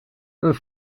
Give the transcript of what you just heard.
een